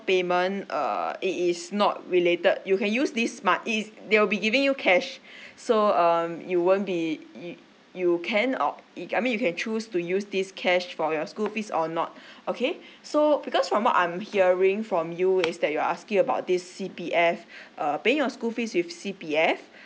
payment uh it is not related you can use this mon~ it is they will be giving you cash so um you won't be y~ you can opt uh I mean you can choose to use this cash for your school fees or not okay so because from what I'm hearing from you is that you're asking about this C_P_F err paying your school fees with C_P_F